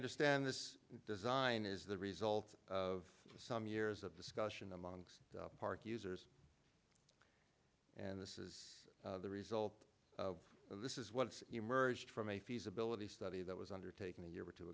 understand this design is the result of some years of discussion among park users and this is the result of this is what's emerged from a feasibility study that was undertaken a year or two